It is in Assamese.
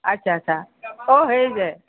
আচ্ছা আচ্ছা অ' সেই যে